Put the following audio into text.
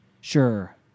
Sure